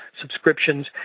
subscriptions